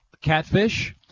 catfish